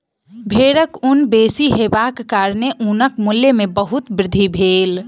भेड़क ऊन बेसी हेबाक कारणेँ ऊनक मूल्य में बहुत वृद्धि भेल